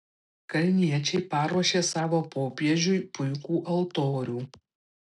kalniečiai paruošė savo popiežiui puikų altorių